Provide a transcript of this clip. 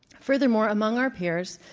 furthermore, among our peers,